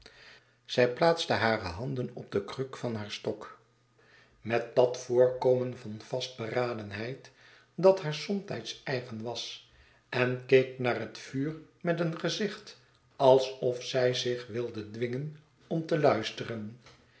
zij plaatste hare hand en op de kruk van haar stok met dat voorkomen van vastberadenheid dat haar somtijds eigen was en keek naar het vuur met een gezichvalsof zij zich wilde dwingen om te luisteren